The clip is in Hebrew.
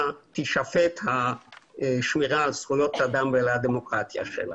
תישפט השמירה על זכויות אדם ועל הדמוקרטיה שלה.